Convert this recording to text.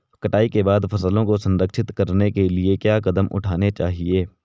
कटाई के बाद फसलों को संरक्षित करने के लिए क्या कदम उठाने चाहिए?